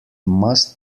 must